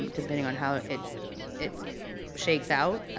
um depending on how it it shakes out.